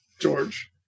George